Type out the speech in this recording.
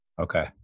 Okay